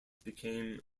became